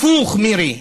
הפוך, מירי,